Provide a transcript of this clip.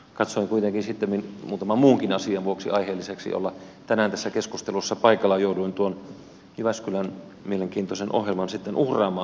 katsoin kuitenkin sittemmin muutaman muunkin asian vuoksi aiheelliseksi olla tänään tässä keskustelussa paikalla ja jouduin tuon jyväskylän mielenkiintoisen ohjelman sitten uhraamaan